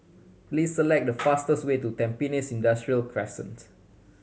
please select the fastest way to Tampines Industrial Crescent